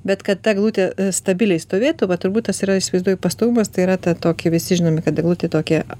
bet kad ta eglutė stabiliai stovėtų va turbūt tas yra įsivaizduoju pastovumas tai yra ta tokį visi žinome kad eglutė tokį